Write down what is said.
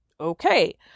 Okay